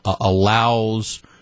allows